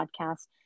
podcast